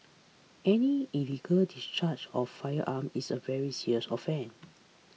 any illegal discharge of firearms is a very serious offence